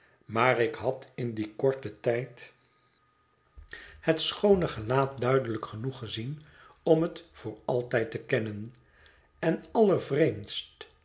maar ik had in dien korten tijd het schoone gelaat duidelijk genoeg gezien om het voor altijd te kennen en